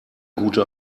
gute